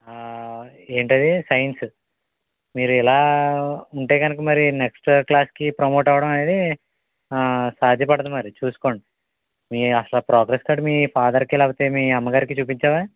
ఏంటది సైన్స్ మీరిలా ఉంటే కనుక మరి నెక్స్ట్ క్లాసుకి ప్రమోట్ అవ్వడం అనేది సాధ్యపడదు మరి చూసుకోండి మీ అసల ప్రోగ్రెస్ కార్డ్ మీ ఫాదర్కి లేక మీ అమ్మగారికి చూపించావా